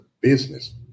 business